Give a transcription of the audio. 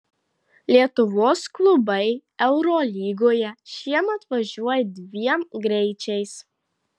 lietuvos klubai eurolygoje šiemet važiuoja dviem greičiais